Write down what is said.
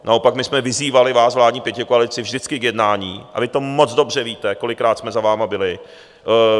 Naopak my jsme vyzývali vás, vládní pětikoalici, vždycky k jednání a vy to moc dobře víte, kolikrát jsme za vámi byli.